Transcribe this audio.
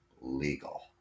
legal